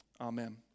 Amen